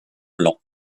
blancs